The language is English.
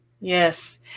Yes